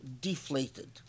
deflated